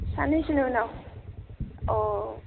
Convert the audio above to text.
साननैसोनि उनाव अ